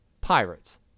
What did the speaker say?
Pirates